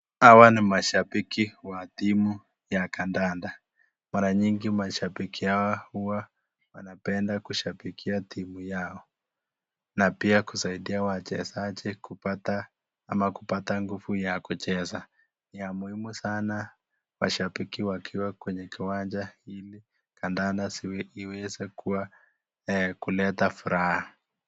Hawa ni mashabiki wa timu ya kandanda, mara nyingi mashabiki hawa huwa wanapenda kushabikia timu yao, na pia kusaidia wachezaji kupata nguvu ya kucheza ya muhimu sana mashabiki wakiwa kwenye kiwanja hili kandanda iweze kuwa kuleta furaha.